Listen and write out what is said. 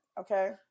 Okay